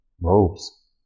robes